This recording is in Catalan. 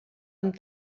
amb